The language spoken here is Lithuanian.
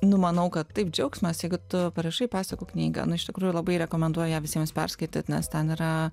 numanau kad taip džiaugsmas jeigu tu parašai pasakų knygą nu iš tikrųjų labai rekomenduoju ją visiems perskaityt nes ten yra